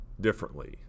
differently